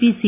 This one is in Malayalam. P C